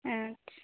अच्छा